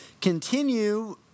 continue